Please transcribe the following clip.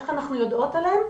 איך אנחנו יודעות עליהם?